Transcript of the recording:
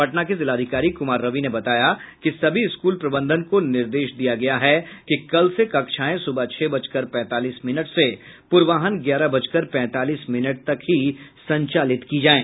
पटना के जिलाधिकारी कुमार रवि ने बताया कि सभी स्कूल प्रबंधन को निर्देश दिया गया है कि कल से कक्षाएं सुबह छह बजकर पैंतालीस मिनट से पूर्वाहन ग्यारह बजकर पैंतालीस मिनट तक ही संचालित की जाये